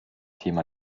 thema